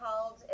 called